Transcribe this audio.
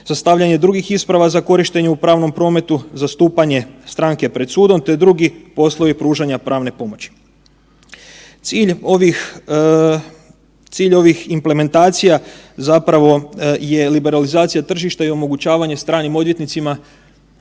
sastavljanje drugih isprava za korištenje u pravnom prometu, zastupanje stranke pred sudom, te drugi poslovi pružanja pravne pomoći. Cilj je ovih, cilj ovih implementacija zapravo je liberalizacija tržišta i omogućavanje stranim odvjetnicama